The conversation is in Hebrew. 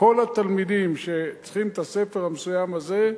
כל התלמידים שצריכים את הספר המסוים הזה,